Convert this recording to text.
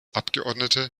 abgeordnete